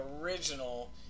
original